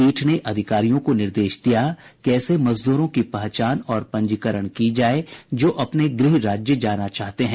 पीठ ने अधिकारियों को निर्देश दिया कि ऐसे मजदूरों की पहचान और पंजीकरण की जाए जो अपने गृह राज्य जाना चाहते हैं